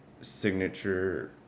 signature